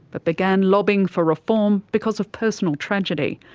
but began lobbying for reform because of personal tragedy.